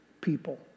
people